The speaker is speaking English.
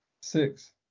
Six